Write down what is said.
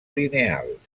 lineals